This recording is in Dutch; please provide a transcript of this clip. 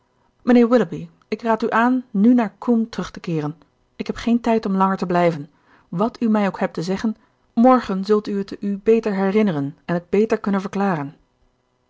willoughby ik raad u aan nu naar combe terug te keeren ik heb geen tijd om langer te blijven wàt u mij ook hebt te zeggen morgen zult u het u beter herinneren en het beter kunnen verklaren